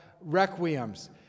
requiems